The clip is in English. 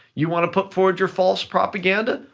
you wanna put forward your false propaganda?